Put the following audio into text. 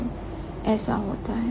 ऐसे होता है